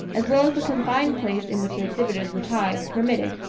as well as the confined place in which the exhibitors were tied, permitted.